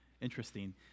Interesting